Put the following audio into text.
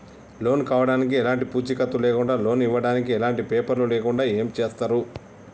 Loan కావడానికి ఎలాంటి పూచీకత్తు లేకుండా లోన్ ఇవ్వడానికి ఎలాంటి పేపర్లు లేకుండా ఏం చేస్తారు?